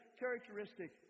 characteristic